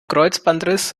kreuzbandriss